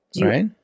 right